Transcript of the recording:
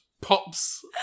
pops